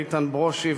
איתן ברושי,